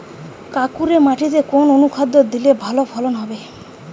কাঁকুরে মাটিতে কোন অনুখাদ্য দিলে ভালো ফলন হবে?